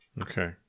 Okay